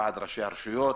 ועדת ראשי הרשויות,